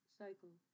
cycle